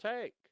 take